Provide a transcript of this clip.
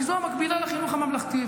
כי זו המקבילה לחינוך הממלכתי.